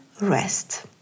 rest